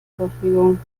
verfügung